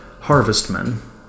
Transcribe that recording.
harvestmen